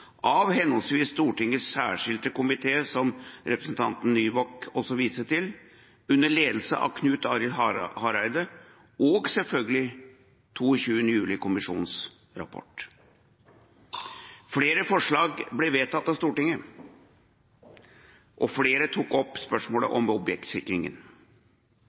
av henholdsvis Stortingets særskilte komité, under ledelse av Knut Arild Hareide, som representanten Nybakk også viste til, og selvfølgelig 22. juli-kommisjonens rapport. Flere forslag ble vedtatt av Stortinget. Og flere tok opp spørsmålet